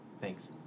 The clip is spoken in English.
Thanks